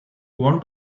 one